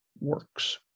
works